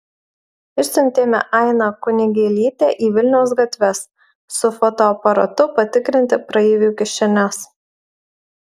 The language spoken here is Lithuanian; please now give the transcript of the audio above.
išsiuntėme ainą kunigėlytę į vilniaus gatves su fotoaparatu patikrinti praeivių kišenes